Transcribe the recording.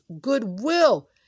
goodwill